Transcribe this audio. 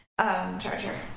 Charger